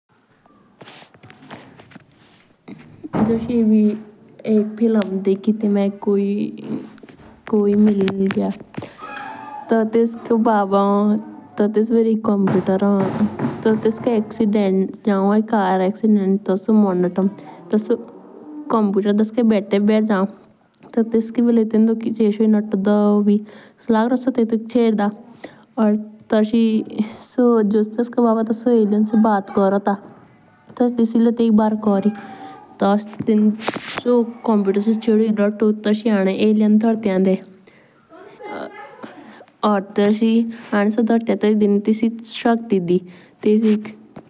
बस एक फिल्म देखी तो मुझे कोई मिल गया तो तीस को बाबा मान। टेस बेर कंप्यूटर होन टीबी टेस्टा एक्सीडेंट जान होए कार एक्सीडेंट टीबी सो मोर नोथो। सेयो कंप्यूटर टेस्के बेटर जाओं। तो तेसके भीली टेटोंडन एसोयी नथो दबी लग रोन से तेतुक चेड्डा या तोसी जो तेस्का बाबा होन ता से अलियान से बात कोंटा।